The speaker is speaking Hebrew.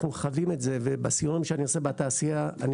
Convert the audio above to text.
אנחנו חווים את זה ובסיורים שאני עושה בתעשייה אני